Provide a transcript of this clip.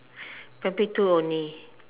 primary two only